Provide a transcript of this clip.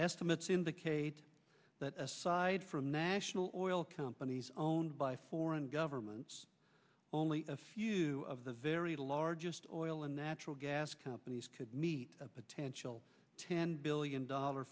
estimates indicate that aside from national oil companies owned by foreign governments only a few of the very largest oil and natural gas companies could meet a potential ten billion dollar